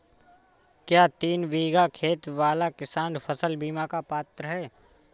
क्या तीन बीघा खेत वाला किसान फसल बीमा का पात्र हैं?